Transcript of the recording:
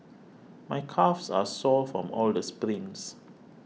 my calves are sore from all the sprints